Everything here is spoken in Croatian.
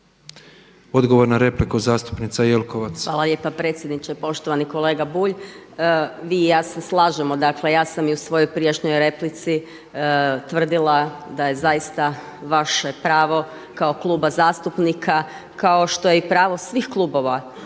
Odgovor na repliku zastupnika Jelkovac. **Jelkovac, Marija (HDZ)** Hvala lijepa predsjedniče. Poštovani kolega Bulj, vi i ja se slažemo, dakle, ja sam i u svojoj prijašnjoj replici tvrdila da je zaista vaše pravo kao kluba zastupnika kao što je i pravo svih klubova